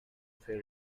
fair